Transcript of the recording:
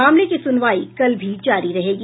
मामले की सुनवाई कल भी जारी रहेगी